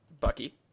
Bucky